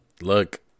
Look